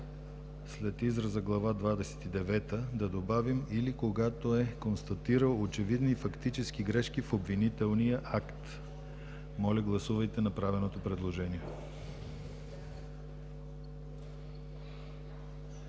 двадесет и девета“ да добавим „или, когато е констатирал очевидни фактически грешки в обвинителния акт“. Моля, гласувайте направеното предложение.